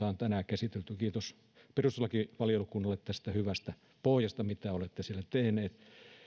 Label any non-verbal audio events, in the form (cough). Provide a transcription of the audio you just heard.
(unintelligible) on tänään käsitelty kiitos perustuslakivaliokunnalle tästä hyvästä pohjasta mitä olette siellä tehneet